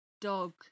dog